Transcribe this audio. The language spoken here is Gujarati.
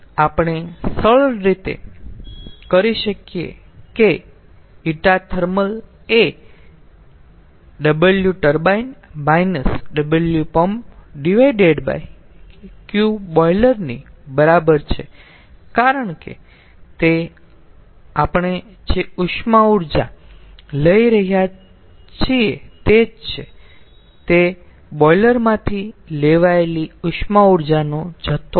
આપણે સરળ રીતે કરી શકીએ કે ηthermal એ Qboiler ની બરાબર છે કારણ કે તે આપણે જે ઉષ્મા ઊર્જા લઈએ છીએ તે જ છે તે બોઈલર માંથી લેવાયેલી ઉષ્મા ઊર્જાનો જથ્થો છે